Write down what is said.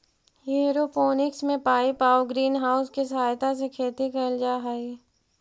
aeroponics में pipe आउ greenhouse के सहायता से खेती कैल जा हइ